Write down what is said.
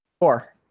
Four